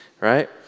right